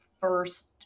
first